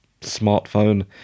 smartphone